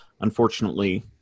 unfortunately